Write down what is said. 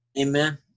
Amen